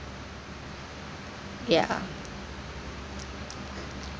ya